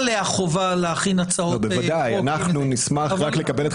והרווחה תקנות מכוח חוק שוויון זכויות לאנשים עם מוגבלות